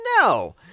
No